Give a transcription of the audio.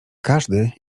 każdy